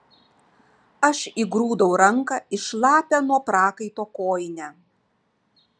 aš įgrūdau ranką į šlapią nuo prakaito kojinę